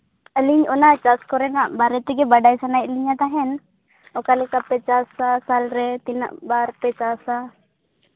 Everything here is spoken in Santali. ᱟᱹᱞᱤᱧ ᱚᱱᱟ ᱪᱟᱥ ᱠᱚᱨᱮᱱᱟᱜ ᱵᱟᱨᱮ ᱛᱮᱜᱮ ᱵᱟᱲᱟᱭ ᱥᱟᱱᱟᱭᱮᱜ ᱞᱤᱧᱟ ᱛᱟᱦᱮᱱ ᱚᱠᱟ ᱞᱮᱠᱟᱯᱮ ᱪᱟᱥᱼᱟ ᱥᱟᱞᱨᱮ ᱛᱤᱱᱟᱹᱜ ᱵᱟᱨ ᱯᱮ ᱪᱟᱥᱼᱟ